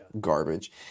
garbage